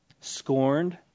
Scorned